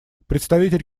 представитель